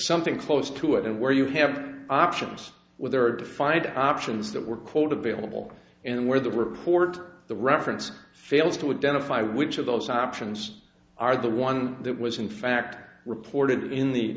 something close to it and where you have options where there are defined options that were called available and where the report the reference fails to identify which of those options are the one that was in fact reported in the